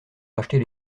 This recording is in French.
racheter